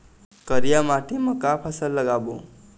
करिया माटी म का फसल लगाबो?